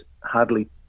hardly